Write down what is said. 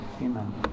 amen